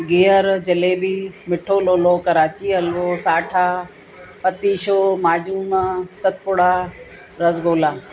गिहरु जलेबी मीठो लोलो कराची हलिवो साठा पतीशो माजून सतपुड़ा रसगुल्ला